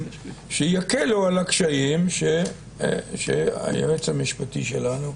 שיקלו על הקשיים שהיועץ המשפטי שלנו,